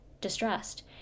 distressed